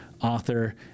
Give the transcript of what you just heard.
author